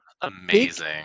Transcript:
amazing